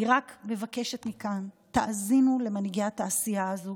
אני רק מבקשת מכאן: תאזינו למנהיגי התעשייה הזו.